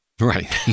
Right